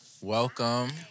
Welcome